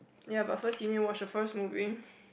ya but you need watch the first movie